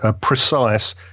precise